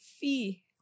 fee